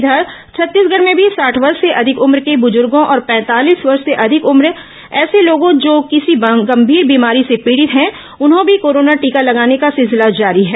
इधर छत्तीसगढ़ में मी साठ वर्ष से अधिक उम्र के बुजुर्गों और पैंतालीस वर्ष से अधिक उम्र ऐसे लोग जो किसी गंभीर बीमारी से पीड़ित हैं उन्हें भी कोरोना टीका लगाने का सिलसिला जारी है